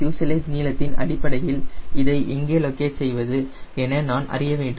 fuselage நீளத்தின் அடிப்படையில் இதை எங்கே லோக்கேட் செய்வது என நான் அறிய வேண்டும்